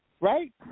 right